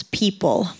people